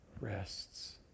rests